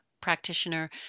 practitioner